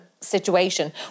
situation